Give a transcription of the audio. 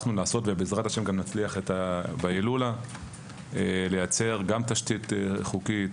בעזרת השם גם נצליח בהילולה לייצר גם תשתית חוקית,